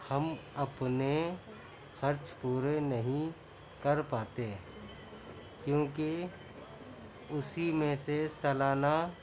ہم اپنے خرچ پورے نہیں کر پاتے ہیں کیونکہ اسی میں سے سالانہ